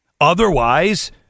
otherwise